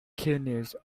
kidneys